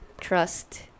trust